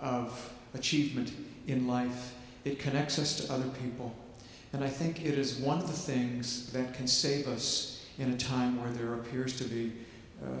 of achievement in life it can access to other people and i think it is one of the things that can save us in a time where there appears to be